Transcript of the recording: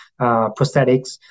prosthetics